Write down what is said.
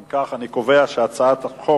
אם כך, אני קובע שהצעת החוק